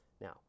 now